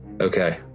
Okay